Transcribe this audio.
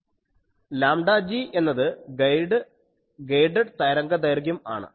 λg എന്നത് ഗൈഡഡ് തരംഗദൈർഘ്യം ആണ്